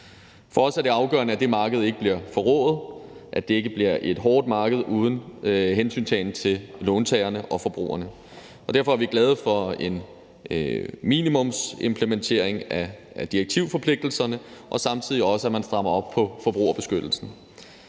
For os er det afgørende, at det marked ikke bliver forrået, og at det ikke bliver et hårdt marked uden hensyntagen til låntagerne og forbrugerne. Derfor er vi glade for en minimumsimplementering af direktivforpligtelserne og samtidig også for, at man strammer op på forbrugerbeskyttelsen.